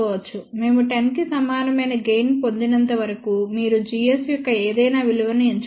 మేము 10 కి సమానమైన గెయిన్ పొందినంతవరకు మీరు gs యొక్క ఏదైనా విలువను ఎంచుకోవచ్చు